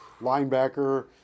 linebacker